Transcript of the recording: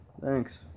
Thanks